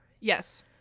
yes